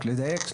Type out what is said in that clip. רק לדייק,